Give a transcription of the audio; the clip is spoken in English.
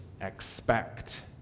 expect